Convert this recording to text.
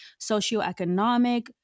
socioeconomic